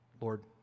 Lord